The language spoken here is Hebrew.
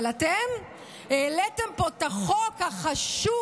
אבל אתם העליתם פה את החוק החשוב